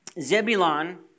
Zebulon